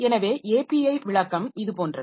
எனவே API விளக்கம் இது போன்றது